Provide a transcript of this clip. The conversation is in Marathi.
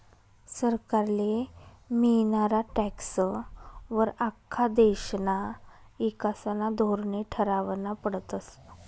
सरकारले मियनारा टॅक्सं वर आख्खा देशना ईकासना धोरने ठरावना पडतस